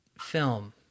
film